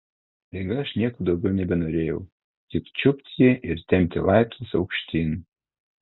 staiga aš nieko daugiau nebenorėjau tik čiupt jį ir tempti laiptais aukštyn